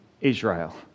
Israel